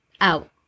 out